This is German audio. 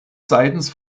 seitens